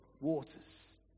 waters